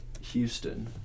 Houston